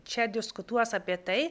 čia diskutuos apie tai